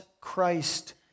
Christ